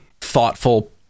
thoughtful